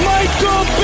Michael